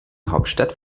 hauptstadt